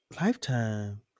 Lifetime